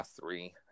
three